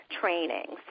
trainings